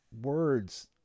words